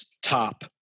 top